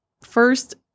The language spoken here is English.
first